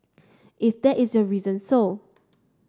if that is your reason so